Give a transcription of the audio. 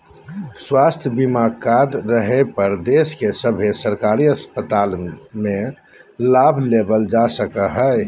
स्वास्थ्य बीमा कार्ड रहे पर देश के सभे सरकारी अस्पताल मे लाभ लेबल जा सको हय